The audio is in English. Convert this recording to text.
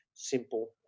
simple